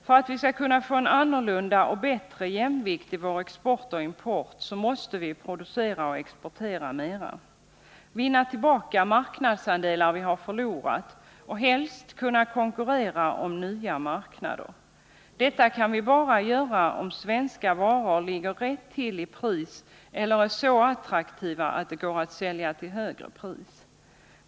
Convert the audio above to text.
För att vi skall kunna få en annorlunda och bättre jämvikt i vår export och import måste vi producera och exportera mera, vinna tillbaka marknadsandelar som vi har förlorat och helst kunna konkurrera om nya marknader. Detta kan vi bara göra om svenska varor ligger rätt till i pris eller är så attraktiva att de går att sälja till högre pris.